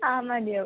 ആ മതിയാവും